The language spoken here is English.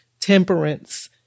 temperance